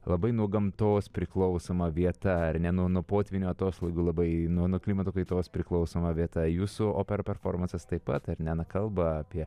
labai nuo gamtos priklausoma vieta ar ne nuo nuo potvynių atoslūgių labai nuo nuo klimato kaitos priklausoma vieta jūsų opera performansas taip pat ar ne na kalba apie